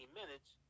minutes